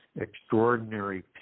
extraordinary